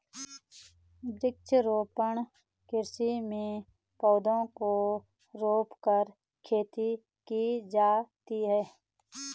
वृक्षारोपण कृषि में पौधों को रोंपकर खेती की जाती है